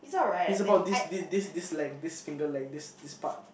he's about this this this this length this finger length this this part